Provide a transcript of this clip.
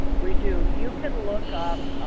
we do. you can look up,